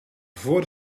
voor